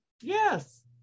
Yes